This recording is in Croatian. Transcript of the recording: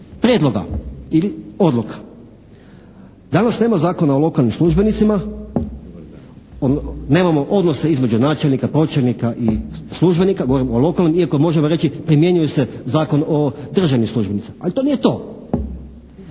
prijedloga ili odluka. Danas nema zakona o lokalnim službenicima. Nemamo odnosa između načelnika, pročelnika i službenika. Govorim o lokalnoj iako možemo reći primjenjuje se Zakon o državnim službenicima. Ali to nije to.